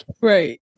Right